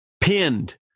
Pinned